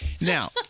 Now